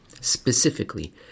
Specifically